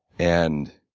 and